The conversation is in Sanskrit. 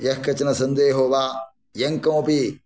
यः कश्चन सन्देहो वा यङ्किमपि